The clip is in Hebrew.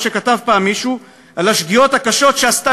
מה שכתב פעם מישהו על השגיאות הקשות שעשתה